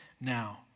now